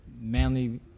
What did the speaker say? Manly